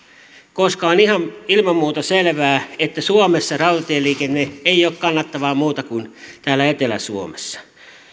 koska on ilman muuta ihan selvää että suomessa rautatieliikenne ei ole kannattavaa muualla kuin täällä etelä suomessa